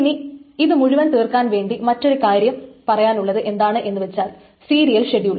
ഇനി ഇതു മുഴുവൻ തീർക്കാൻ വേണ്ടി മറ്റൊരു കാര്യം പറയാനുള്ളത് എന്താണെന്നുവെച്ചാൽ സീരിയൽ ഷെഡ്യൂൾ